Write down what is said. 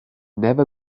never